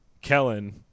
Kellen